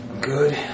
Good